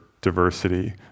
diversity